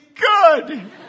good